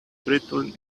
written